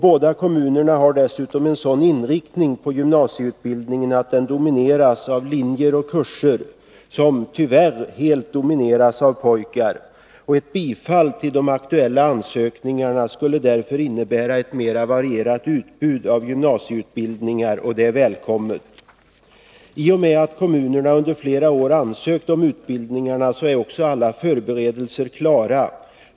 Båda kommunerna har dessutom en sådan inriktning på gymnasieutbildningen att de flesta linjerna och kurserna, tyvärr, helt domineras av pojkar. Ett bifall till de aktuella ansökningarna skulle därför innebära ett mer varierat utbud av gymnasieutbildningar, och det är välkommet. I och med att kommunerna under flera år ansökt om utbildningarna är också alla förberedelser klara.